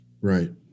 Right